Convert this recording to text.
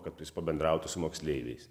kad jis pabendrautų su moksleiviais